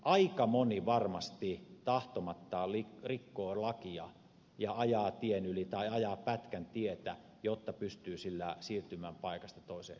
aika moni varmasti tahtomattaan rikkoo lakia ja ajaa tien yli tai ajaa pätkän tietä jotta pystyy sillä laitteellaan siirtymään paikasta toiseen